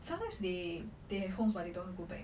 sometimes they they have homes but they don't go back